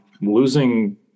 Losing